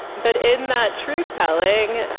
but in that truth-telling